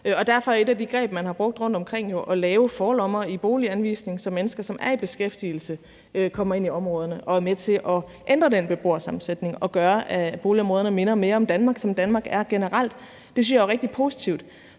derfor er et af de greb, man har brugt rundtomkring, jo at lave forlommer i boliganvisning, så mennesker, som er i beskæftigelse, kommer ind i områderne og er med til at ændre den beboersammensætning og gøre, at boligområderne minder mere om Danmark, som Danmark er generelt. Det synes jeg jo er rigtig positivt.